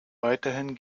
weiterhin